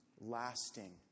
lasting